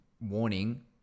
warning